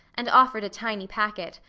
and offered a tiny packet.